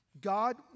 God